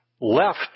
left